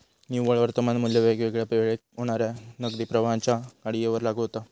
निव्वळ वर्तमान मू्ल्य वेगवेगळ्या वेळेक होणाऱ्या नगदी प्रवाहांच्या कडीयेवर लागू होता